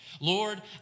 Lord